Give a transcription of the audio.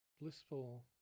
blissful